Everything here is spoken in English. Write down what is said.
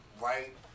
right